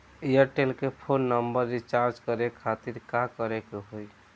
Airtel के phone number recharge करे के खातिर का करे के होई?